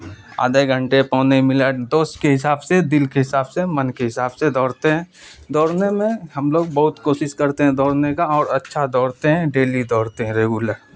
آدھے گھنٹے پونے ملٹ تو اس کے حساب سے دل کے حساب سے من کے حساب سے دوڑتے ہیں دوڑنے میں ہم لوگ بہت کوشش کرتے ہیں دوڑنے کا اور اچھا دوڑتے ہیں ڈیلی دوڑتے ہیں ریگولر